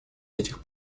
этих